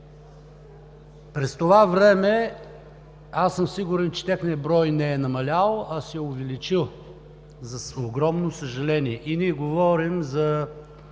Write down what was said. През това време съм сигурен, че техният брой не е намалял, а се е увеличил, за огромно съжаление. А ние говорим за